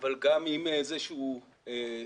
אבל גם עם איזשהו מבט